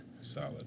Solid